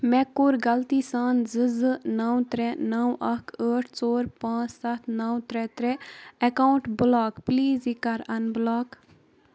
مےٚ کوٚر غلطی سان زٕ زٕ نو ترٛےٚ نو اکھ ٲٹھ ژور پانٛژھ ستھ نو ترٛےٚ ترٛےٚ اکاونٹ بلاک پلیٖز یہِ کَر اَن بلاک